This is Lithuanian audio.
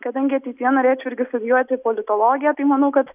kadangi ateityje norėčiau irgi studijuoti politologiją tai manau kad